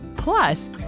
Plus